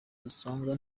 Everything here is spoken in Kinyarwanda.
dusanga